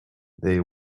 they